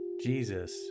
Jesus